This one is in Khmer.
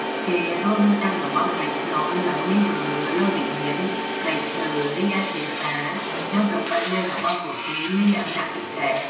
ពួកគេរស់នៅតាមតំបន់ព្រៃភ្នំ និងមានជំនឿលើវិញ្ញាណព្រៃឈើ រីឯភាសា និងប្រពៃណីរបស់ពួកគេមានលក្ខណៈពិសេស។